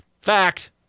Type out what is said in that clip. Fact